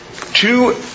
Two